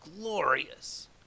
glorious